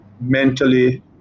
Mentally